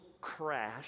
crash